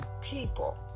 people